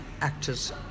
actors